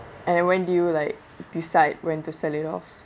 and when do you like decide when to sell it off